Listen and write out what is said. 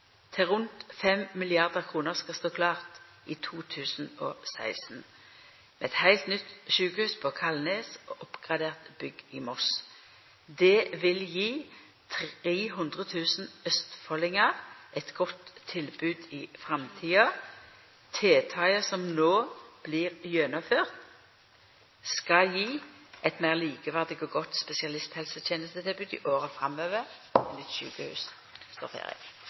til rundt 5 mrd. kr, skal stå klart i 2016, med et helt nytt sykehus på Kalnes og oppgraderte bygg i Moss. Det vil gi 300 000 østfoldinger et godt tilbud i framtiden. Tiltakene som nå blir gjennomført, skal gi et mer likeverdig og godt spesialisthelsetjenestetilbud i årene framover, til nytt sykehus står ferdig. Etter hva jeg